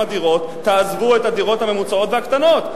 דירות: תעזבו את הדירות הממוצעות והקטנות.